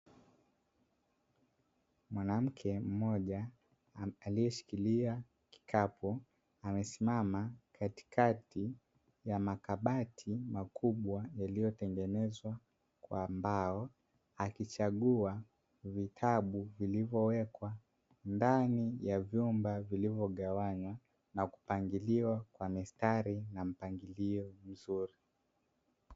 Mwanamke mmoja aliyeshikilia kikapu amesimama katikati ya makabati makubwa, yaliyotengenezwa kwa mbao akichagua vitabu vilivyowekwa ndani ya vyumba, vilivyogawanywa na kupangaliwa kwa mstari na mpangilio mzuri.